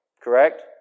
Correct